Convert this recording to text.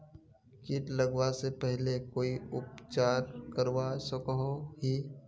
किट लगवा से पहले कोई उपचार करवा सकोहो ही?